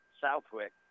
Southwick